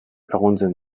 laguntzen